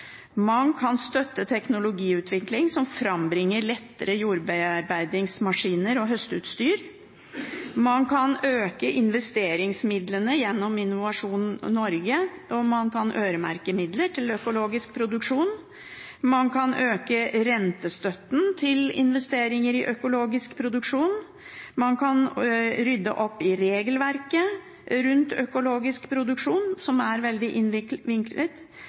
Man kan støtte teknologiutvikling som frambringer lettere jordbearbeidingsmaskiner og høsteutstyr. Man kan øke investeringsmidlene gjennom Innovasjon Norge. Man kan øremerke midler til økologisk produksjon. Man kan øke rentestøtten til investeringer i økologisk produksjon. Man kan rydde opp i regelverket rundt økologisk produksjon, som er veldig